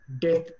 death